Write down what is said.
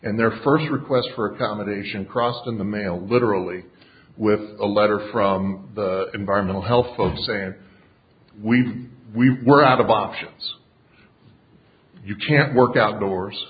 and their first request for accommodation crossed in the mail literally with a letter from the environmental health folks saying we we were out of options you can't work outdoors